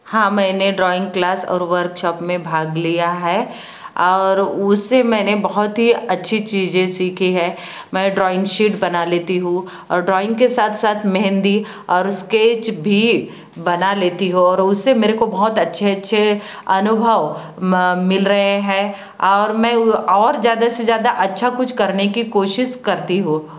हाँ मैंने drawing class और वर्कशॉप में भाग लिया है और उससे मैंने बहुत ही अच्छी चीज़ें सीखी हैं मैं ड्रॉइंग शीट बना लेती हूँ और ड्रॉइंग के साथ साथ मेहंदी और स्केच भी बना लेती हूँ और उससे मेरेको बहुत अच्छे अच्छे अनुभव मिल रहे हैं और मैं और ज़्यादा से ज़्यादा अच्छा कुछ करने की कोशिश करती हूँ